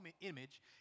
image